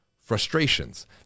frustrations